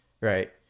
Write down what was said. Right